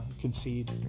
concede